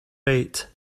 rate